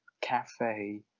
cafe